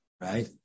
right